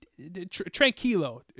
tranquilo